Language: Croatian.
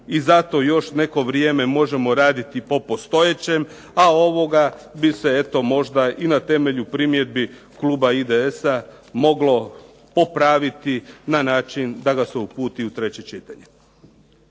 i zato još neko vrijeme možemo raditi po postojećem, a ovoga bi se eto možda i na temelju primjedbi kluba IDS-a moglo popraviti na način da ga se uputi u treće čitanje.